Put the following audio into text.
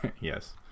yes